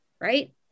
Right